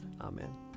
Amen